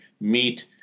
meet